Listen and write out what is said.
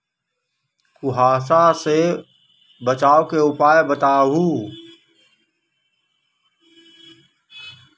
कुहासा से बचाव के उपाय बताऊ?